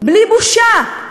בלי בושה.